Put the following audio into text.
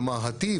כלומר הטיב,